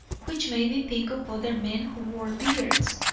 which made me think of other men who wore beards.